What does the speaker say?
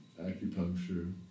acupuncture